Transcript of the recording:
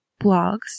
blogs